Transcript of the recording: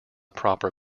proper